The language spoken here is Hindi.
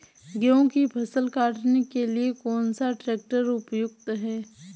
गेहूँ की फसल काटने के लिए कौन सा ट्रैक्टर उपयुक्त है?